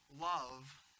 love